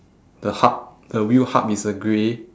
the hub the wheel hub is a grey